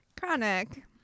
Chronic